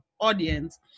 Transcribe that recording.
audience